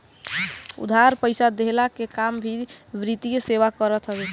उधार पईसा देहला के काम भी वित्तीय सेवा करत हवे